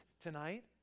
tonight